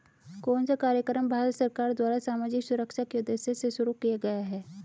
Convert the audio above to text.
कौन सा कार्यक्रम भारत सरकार द्वारा सामाजिक सुरक्षा के उद्देश्य से शुरू किया गया है?